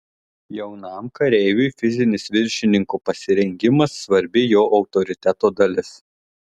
jaunam kareiviui fizinis viršininko pasirengimas svarbi jo autoriteto dalis